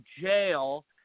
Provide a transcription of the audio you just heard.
jail